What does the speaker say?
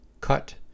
cut